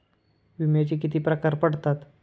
विम्याचे किती प्रकार पडतात?